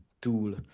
tool